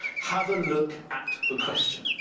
have a look at the question.